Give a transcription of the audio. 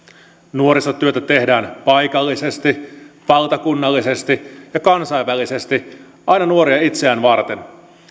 nuorisotyötä tehdään paikallisesti valtakunnallisesti ja kansainvälisesti aina nuoria itseään varten